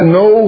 no